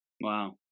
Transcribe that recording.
wow